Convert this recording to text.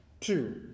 Two